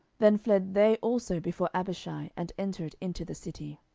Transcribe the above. then fled they also before abishai, and entered into the city.